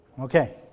Okay